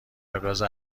ابراز